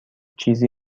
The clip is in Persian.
چیزی